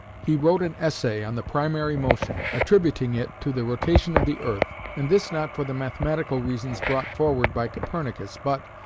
he wrote an essay on the primary motion, attributing it to the rotation of the earth, and this not for the mathematical reasons brought forward by copernicus, but,